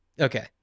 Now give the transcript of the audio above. Okay